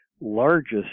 largest